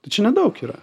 čia nedaug yra